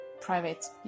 private